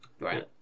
Right